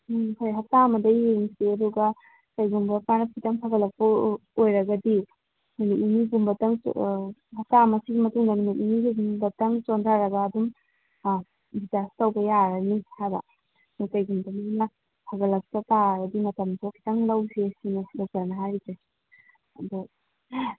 ꯎꯝ ꯍꯣꯏ ꯍꯞꯇꯥ ꯑꯃꯗ ꯌꯦꯡꯈꯤꯁꯦ ꯑꯗꯨꯒ ꯀꯩꯒꯨꯃꯕ ꯃꯥꯅ ꯈꯤꯇꯪ ꯐꯒꯠꯂꯛꯄ ꯑꯣꯏꯔꯒꯗꯤ ꯅꯨꯃꯤꯠ ꯅꯤꯅꯤꯒꯨꯝꯕꯇꯪ ꯍꯞꯇꯥ ꯑꯃꯁꯤꯒꯤ ꯃꯇꯨꯡꯗ ꯅꯨꯃꯤꯠ ꯅꯤꯅꯤ ꯍꯨꯝꯅꯤꯐꯥꯎꯇꯪ ꯆꯣꯟꯗꯔꯒ ꯑꯗꯨꯝ ꯗꯤꯆꯥꯔꯖ ꯇꯧꯕ ꯌꯥꯔꯅꯤ ꯍꯥꯏꯕ ꯐꯒꯠꯂꯛꯇ ꯇꯥꯔꯗꯤ ꯃꯇꯝꯗꯣ ꯈꯤꯇꯪ ꯂꯧꯁꯦ ꯁꯤꯅꯤ ꯗꯣꯛꯇꯔꯅ ꯍꯥꯏꯔꯤꯁꯦ ꯑꯗꯣ